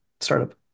startup